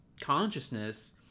consciousness